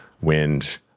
wind